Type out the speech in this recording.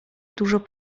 dużo